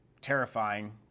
terrifying